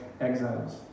exiles